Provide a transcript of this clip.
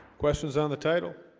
questions on the title